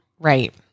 Right